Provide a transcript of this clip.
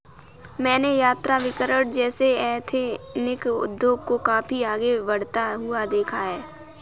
मैंने यात्राभिकरण जैसे एथनिक उद्योग को काफी आगे बढ़ता हुआ देखा है